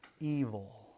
evil